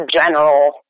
general